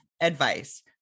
advice